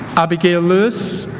abigail lewis